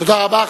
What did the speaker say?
תודה רבה.